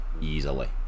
easily